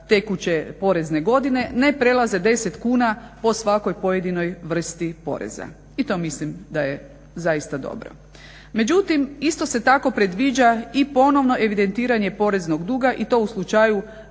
tekuće porezne godine, ne prelaze 10 kuna po svakoj pojedinoj vrsti poreza. I to mislim da je zaista dobro. Međutim, isto se tako predviđa i ponovno evidentiranje poreznog duga i to u slučaju